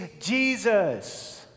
Jesus